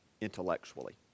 intellectually